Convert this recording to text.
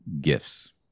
gifts